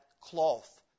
cloth